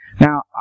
Now